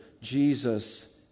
Jesus